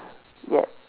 ya